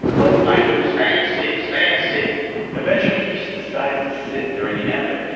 what do i do? stand, sit, stand, sit eventually, he just decides to sit during the anthem.